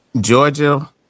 Georgia